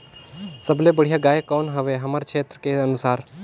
सबले बढ़िया गाय कौन हवे हमर क्षेत्र के अनुसार?